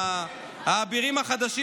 האבירים החדשים,